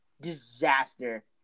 disaster